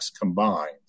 combined